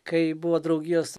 kai buvo draugijos